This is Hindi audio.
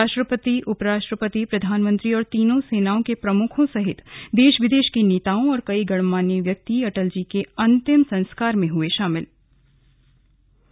राष्ट्रपति उप राष्ट्रपति प्रधानमंत्री और तीनों र्सनाओं के प्रमुखों सहित देश विदेश के नेताओं और कई गणमान्य व्यक्ति अटल जी की अंतिम संस्कार में शामिल हुए